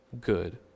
good